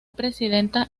presidenta